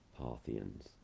Parthians